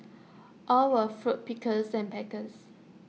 all were fruit pickers and packers